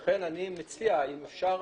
לכן, אני מציע, אם אפשר